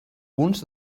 punts